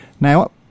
Now